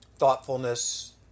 thoughtfulness